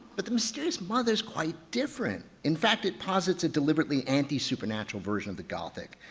but the mysterious mother is quite different. in fact it posits a deliberately anti supernatural version of the gothic.